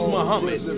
Muhammad